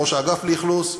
ראש האגף לאכלוס.